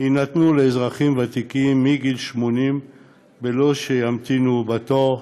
יינתן לאזרחים ותיקים מגיל 80 בלא שימתינו בתור,